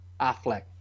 Affleck